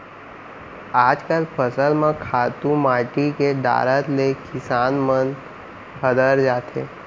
आजकल फसल म खातू माटी के डारत ले किसान मन हदर जाथें